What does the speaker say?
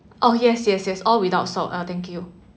oh yes yes yes all without salt uh thank you